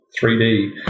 3D